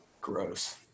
Gross